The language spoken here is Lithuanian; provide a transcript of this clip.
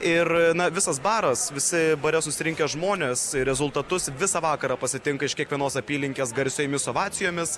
ir visas baras visi bare susirinkę žmonės rezultatus visą vakarą pasitinka iš kiekvienos apylinkės garsiomis ovacijomis